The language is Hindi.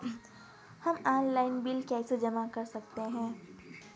हम ऑनलाइन बिल कैसे जमा कर सकते हैं?